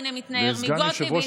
הינה מתנער מגוטליב,